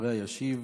אחריה ישיב